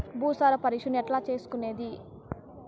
భూసార పరీక్షను ఎట్లా చేసుకోవాలి?